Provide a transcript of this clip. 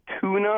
tuna